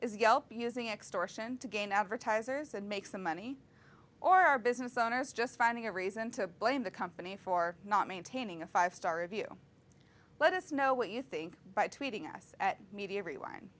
yelp using extortion to gain advertisers and make some money or are business owners just finding a reason to blame the company for not maintaining a five star review let us know what you think by tweeting us media everyone